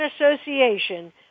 Association